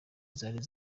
zari